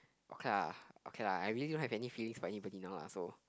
okay lah okay lah I really don't have any feelings for anybody now lah so